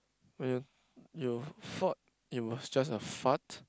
when you thought it was just a fart